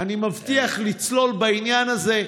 אני מבטיח לצלול לעניין הזה,